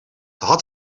had